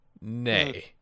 Nay